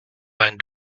vingt